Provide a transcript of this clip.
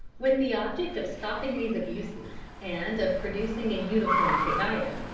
with the object of stopping these abuses and of producing a uniform cacao,